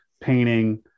painting